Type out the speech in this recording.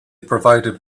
provided